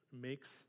makes